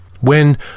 When